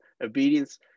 obedience